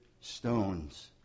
stones